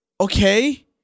Okay